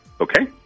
Okay